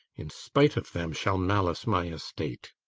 in spite of them shall malice my estate.